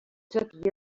took